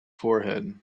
forehead